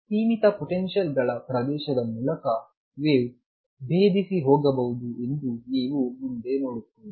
ಸೀಮಿತ ಪೊಟೆನ್ಶಿಯಲ್ಗಳ ಪ್ರದೇಶದ ಮೂಲಕ ವೇವ್ ಭೇದಿಸಿ ಹೋಗಬಹುದು ಎಂದು ನೀವು ಮುಂದೆ ನೋಡುತ್ತೀರಿ